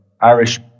Irish